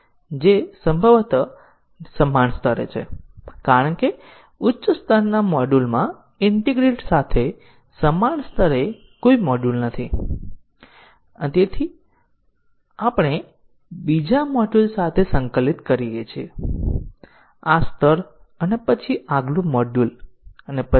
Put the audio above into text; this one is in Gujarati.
આ મ્યુટેશન ટેસ્ટીંગ નો એક ફાયદો એ છે કે પરિવર્તિત પ્રોગ્રામ નાના ફેરફારો કરે છે અને તમામ ટેસ્ટીંગ કેસો ચલાવે છે બંને ખૂબ જ સરળતાથી સ્વચાલિત થઈ શકે છે અને મોટી સંખ્યામાં મ્યુટન્ટ ઉત્પન્ન કરવું શક્ય છે અથવા અન્યમાં શબ્દો ભલે આપણી પાસે દસ અથવા હજારો પરિવર્તિત કાર્યક્રમો હોઈ શકે તે કોઈ સમસ્યા નથી